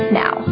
now